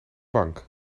bank